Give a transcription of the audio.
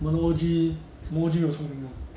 我们 O_G 我们 O_G 有聪明的啊